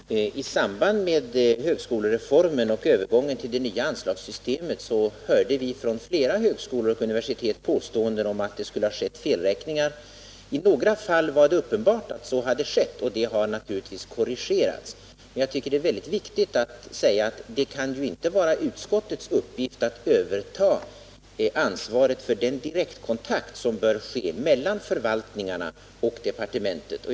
Herr talman! I samband med högskolereformen och övergången till det nya anslagssystemet hörde vi från flera högskolor och universitet påståenden om att det skulle ha skett felräkningar. I några fall var det uppenbart att så var fallet, och dessa fel har naturligtvis korrigerats. Jag tycker det är mycket viktigt att säga att det inte kan vara utskottets uppgift att överta ansvaret för den direktkontakt som bör finnas mellan förvaltningarna och departementet.